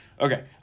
Okay